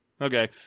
Okay